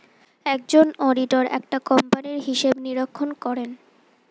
একজন অডিটর একটা কোম্পানির হিসাব নিরীক্ষণ করেন